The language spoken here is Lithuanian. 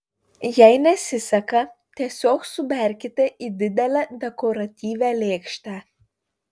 jei nesiseka tiesiog suberkite į didelę dekoratyvią lėkštę